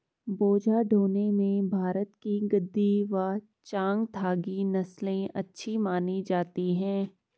बोझा ढोने में भारत की गद्दी व चांगथागी नस्ले अच्छी मानी जाती हैं